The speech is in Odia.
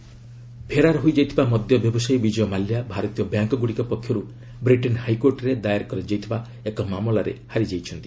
ୟୁକେ କୋର୍ଟ ମାଲ୍ୟା ଫେରାର୍ ହୋଇଯାଇଥିବା ମଦ୍ୟ ବ୍ୟବସାୟୀ ବିଜୟ ମାଲ୍ୟା ଭାରତୀୟ ବ୍ୟାଙ୍କଗୁଡ଼ିକ ପକ୍ଷରୁ ବ୍ରିଟେନ୍ ହାଇକୋର୍ଟରେ ଦାର କରାଯାଇଥିବା ଏକ ମାମଲାରେ ହାରିଯାଇଛନ୍ତି